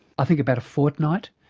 i think about a fortnight.